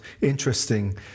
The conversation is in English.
interesting